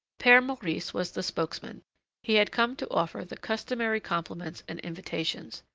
pere maurice was the spokesman he had come to offer the customary compliments and invitations.